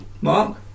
Mark